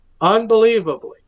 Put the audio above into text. Unbelievably